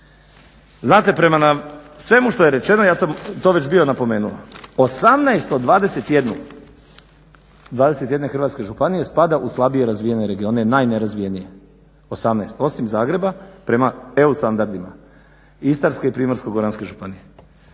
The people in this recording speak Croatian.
Znate, prema svemu što je rečeno ja sam to već bio napomenuo 18 od 21 hrvatske županije spada u slabije razvijene regione najnerazvijenije 18 osim Zagreba prema EU standardima Istarske i Primorsko-goranske županije.